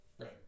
Right